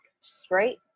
straight